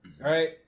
right